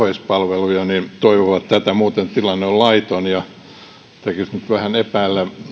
järjestämään oheispalveluja toivovat tätä muuten tilanne on laiton tekisi nyt mieli vähän epäillä